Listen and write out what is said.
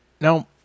Now